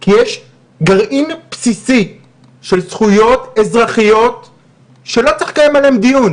כי יש גרעין בסיסי של זכויות אזרחיות שלא צריך לקיים עליהם דיון,